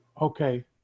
okay